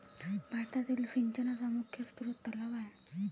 भारतातील सिंचनाचा मुख्य स्रोत तलाव आहे